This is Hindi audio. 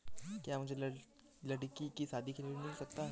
क्या मुझे लडकी की शादी के लिए ऋण मिल सकता है?